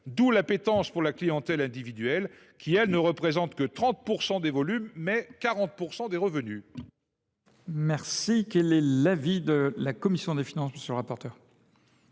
D’où l’appétence pour la clientèle individuelle qui, elle, ne représente que 30 % des volumes, mais 40 % des revenus.